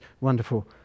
wonderful